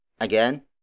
Again